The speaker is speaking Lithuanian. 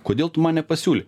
kodėl tu man nepasiūlei